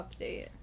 update